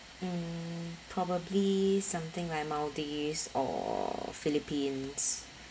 mm probably something like maldives or philippines